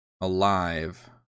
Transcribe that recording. alive